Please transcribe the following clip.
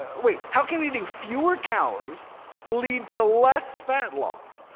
ah wait, how can eating fewer calories lead to less fat loss?